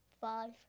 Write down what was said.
Five